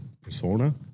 persona